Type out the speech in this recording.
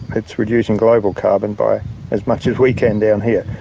it's reducing global carbon by as much as we can down here.